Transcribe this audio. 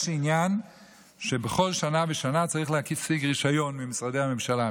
יש עניין שבכל שנה ושנה צריך להשיג רישיון ממשרדי הממשלה,